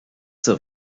zur